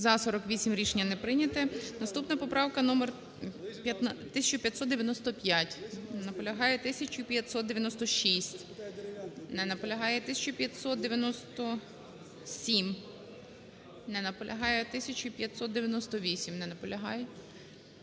За-48 Рішення не прийняте. Наступна поправка – номер 1595. Не наполягає. 1596. Не наполягає. 1597. Не наполягає. 1598. Не наполягає. 1599.